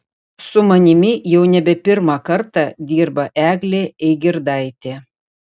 su manimi jau nebe pirmą kartą dirba eglė eigirdaitė